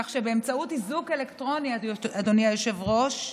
כך שבאמצעות איזוק אלקטרוני, אדוני היושב-ראש,